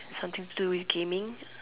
something to do with gaming